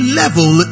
level